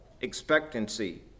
expectancy